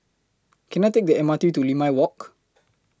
Can I Take The M R T to Limau Walk